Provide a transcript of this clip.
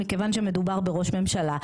מכיוון שמדובר בראש ממשלה,